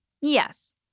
Yes